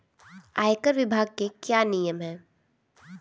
आयकर विभाग के क्या नियम हैं?